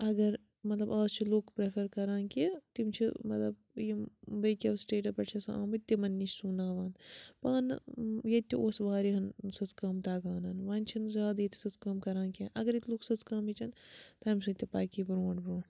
اگر مطلب آز چھِ لُکھ پرٛٮ۪فَر کَران کہِ تِم چھِ مطلب یِم بیٚکیو سٕٹیٹو پٮ۪ٹھ چھِ آسان آمٕتۍ تِمَن نِش سوٗناوان پانہٕ نہٕ ییٚتہِ تہِ اوس واریاہَن سٕژٕ کٲم تَگان وۄنۍ چھِنہٕ زیادٕ ییٚتہِ سٕژٕ کٲم کَران کیٚنٛہہ اگر ییٚتہِ لُکھ سٕژٕ کٲم ہیٚچھَن تَمہِ سۭتۍ تہِ پَکہِ یہِ برٛونٛٹھ برٛونٛٹھ